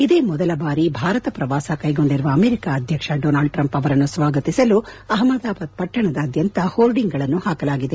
ಇದೇ ಮೊದಲ ಬಾರಿ ಭಾರತ ಪ್ರವಾಸ ಕೈಗೊಂಡಿರುವ ಅಮೆರಿಕ ಅಧ್ವಕ್ಷ ಡೊನಾಲ್ಡ್ ಟ್ರಂಪ್ ಅವರನ್ನು ಸ್ವಾಗತಿಸಲು ಅಹ್ಮದಾಬಾದ್ ಪಟ್ಟಣಾದ್ಯಂತ ಹೋರ್ಡಿಂಗ್ಗಳನ್ನು ಹಾಕಲಾಗಿದೆ